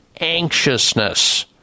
anxiousness